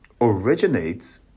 originates